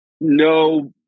no